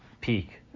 peak